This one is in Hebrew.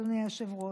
אדוני היושב-ראש.